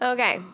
Okay